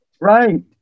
Right